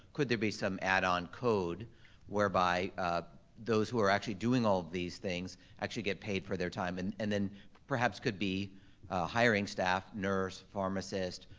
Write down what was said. could there be some add-on code whereby those who are actually doing all these things actually get paid for their time? and and then perhaps could be hiring staff, nurse, pharmacist,